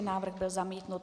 Návrh byl zamítnut.